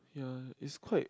ya is quite